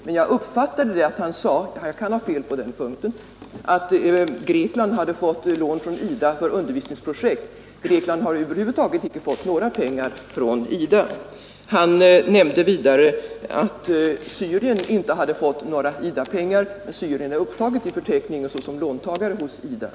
Men jag uppfattade att han sade — jag kan ha fel på den punkten — att Grekland fått lån från IDA för undervisningsprojekt. Grekland har över huvud taget icke fått några pengar från IDA. Han nämnde också att Syrien inte hade fått några IDA-pengar. Syrien är upptaget i förteckningen såsom låntagare hos IDA.